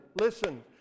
listen